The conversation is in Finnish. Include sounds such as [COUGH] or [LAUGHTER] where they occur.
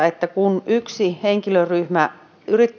[UNINTELLIGIBLE] että kun yksi henkilöryhmä